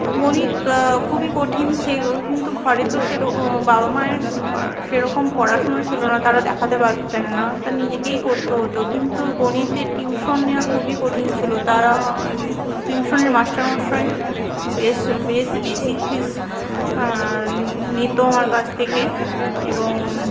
তো গণিত খুবই কঠিন সে কিন্তু ঘরে তো সেরম বাবা মায়ের সেরকম পড়াশুনা ছিল না তারা দেখাতে পারতেন না তা নিজেকেই করতে হত কিন্তু গণিতের টিউশন নেওয়া খুবই কঠিন ছিল তারা টিউশনের মাস্টারমশাই বেশ বেশ বেশী ফিস নিত আমার কাছ থেকে এবং